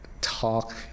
talk